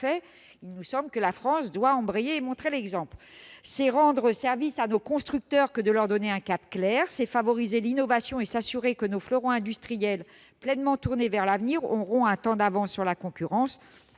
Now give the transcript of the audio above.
fait ; la France doit embrayer et montrer l'exemple. C'est rendre service à nos constructeurs que de leur fixer un cap clair. C'est favoriser l'innovation et s'assurer que nos fleurons industriels, pleinement tournés vers l'avenir, auront un temps d'avance sur la concurrence.